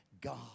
God